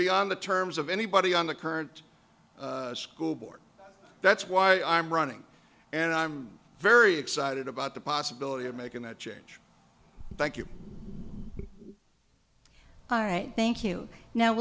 beyond the terms of anybody on the current school board that's why i'm running and i'm very excited about the possibility of making that change thank you ira thank you now